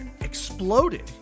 exploded